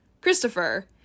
Christopher